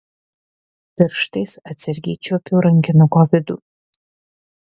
pirštais atsargiai čiuopiu rankinuko vidų